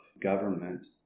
government